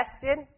tested